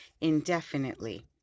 indefinitely